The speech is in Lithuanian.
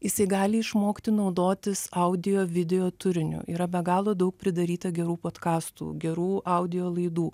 jisai gali išmokti naudotis audio video turiniu yra be galo daug pridaryta gerų podkastų gerų audio laidų